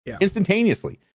Instantaneously